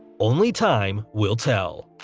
only time will tell.